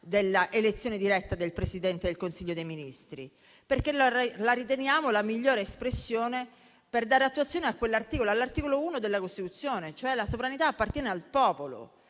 di elezione diretta del Presidente del Consiglio dei ministri, perché la riteniamo la migliore espressione per dare attuazione all'articolo 1 della Costituzione, secondo cui la sovranità appartiene al popolo.